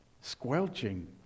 squelching